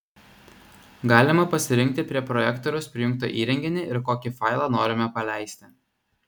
galima pasirinkti prie projektoriaus prijungtą įrenginį ir kokį failą norime paleisti